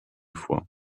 vor